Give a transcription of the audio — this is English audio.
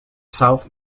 south